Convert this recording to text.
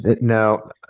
No